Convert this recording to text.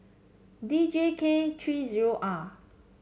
D J K three zero R